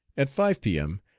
at five p m.